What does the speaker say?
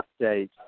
update